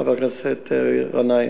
חבר הכנסת גנאים,